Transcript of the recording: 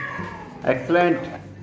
excellent